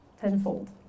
tenfold